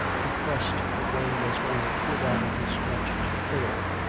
he pressed the rain as well as he could out of his drenched hair,